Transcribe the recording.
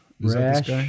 Rash